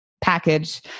package